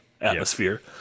atmosphere